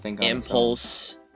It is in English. impulse